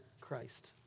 Christ